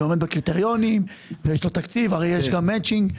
הגיש ועומד בקריטריונים ויש לו תקציב כי יש מצ'ינג.